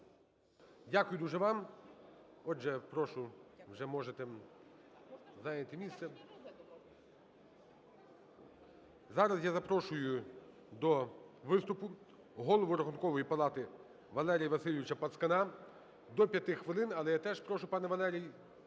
Дякую дуже вам. Отже, прошу, вже можете зайняти місце. Зараз я запрошую до виступу голову Рахункової палати Валерія Васильовича Пацкана. До 5 хвилин, але я теж прошу, пане Валерій,